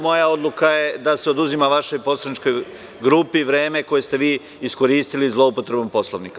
Moja odluka je da se oduzima vašoj poslaničkoj grupi vreme koje ste vi iskoristili zloupotrebom Poslovnika.